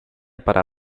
para